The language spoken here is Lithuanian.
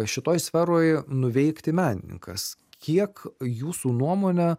šitoj sferoj nuveikti menininkas kiek jūsų nuomone